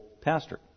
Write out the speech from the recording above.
pastor